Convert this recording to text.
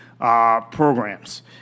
Programs